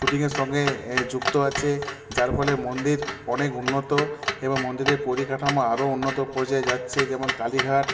শুটিংয়ের সঙ্গে যুক্ত আছে যার ফলে মন্দির অনেক উন্নত এবং মন্দিরের পরিকাঠামো আরও উন্নত পর্যায়ে যাচ্ছে যেমন কালীঘাট